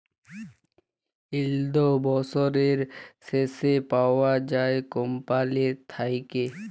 yield বসরের শেষে পাউয়া যায় কম্পালির থ্যাইকে